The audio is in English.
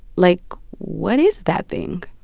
like, what is that thing?